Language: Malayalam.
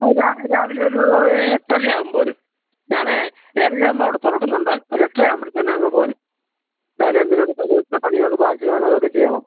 ഓ ര രാവിലെ ഒരു എട്ടര ആകുമ്പോൾ പോര് ഞാന് ഏഴര ആകുമ്പോൾ ഇവിടെ തുറക്കുന്നുണ്ട് ഒര് എട്ടര ആകുമ്പം തന്നെ അങ്ങ് പോര് രാവിലെ എന്തേലും തലേദിവസത്തെ പണിയൊക്കെ ബാക്കി കാണും അതൊക്കെ ചെയ്യണം